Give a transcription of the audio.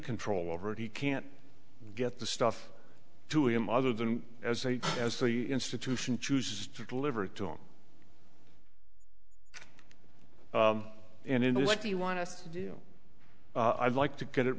control over it he can't get the stuff to him other than as a as the institution chooses to deliver it to him and in the what do you want to do i'd like to get it